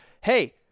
hey